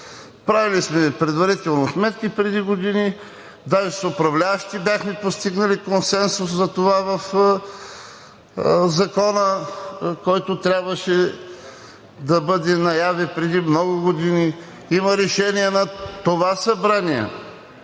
Правили сме предварително сметки преди години даже с управляващи бяхме постигнали консенсус затова в закона, който трябваше да бъде наяве преди много години. Има решения на това Събрание